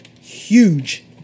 huge